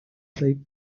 they